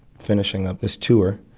finishing up this tour.